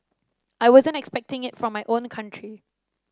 I wasn't expecting it from my own country